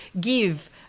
give